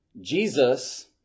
Jesus